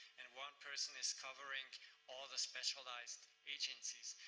and one person is covering all the specialized agencies.